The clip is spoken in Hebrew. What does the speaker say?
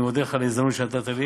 אני מודה לך על ההזדמנות שנתת לי,